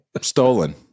Stolen